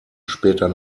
später